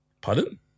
pardon